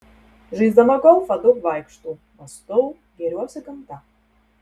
žaisdama golfą daug vaikštau mąstau gėriuosi gamta